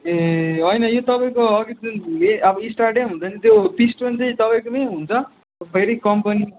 ए होइन यो तपाईँको अघि जुन यो अब स्टार्ट नै हुँदैन त्यो पिस्टोन चाहिँ तपाईँकोमै हुन्छ फेरि कम्पनी